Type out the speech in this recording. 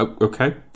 Okay